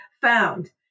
found